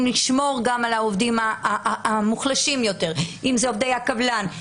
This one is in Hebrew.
לשמור גם על העובדים המוחלשים יותר אם זה עובדי הקבלן,